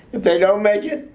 if they don't make it,